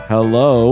Hello